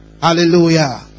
Hallelujah